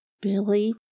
Billy